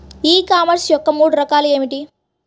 E commerce యొక్క మూడు రకాలు ఏమిటి?